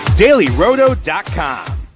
DailyRoto.com